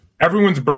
Everyone's